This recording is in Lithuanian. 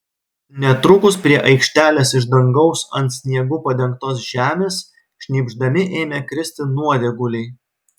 netrukus prie aikštelės iš dangaus ant sniegu padengtos žemės šnypšdami ėmė kristi nuodėguliai